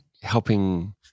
helping